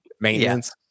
maintenance